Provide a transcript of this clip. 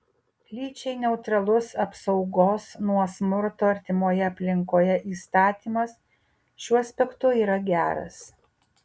lyčiai neutralus apsaugos nuo smurto artimoje aplinkoje įstatymas šiuo aspektu yra geras